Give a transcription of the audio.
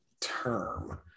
term